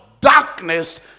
darkness